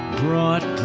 brought